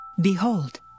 Behold